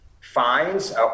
fines